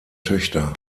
töchter